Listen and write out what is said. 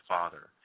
Father